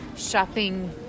shopping